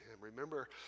Remember